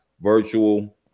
virtual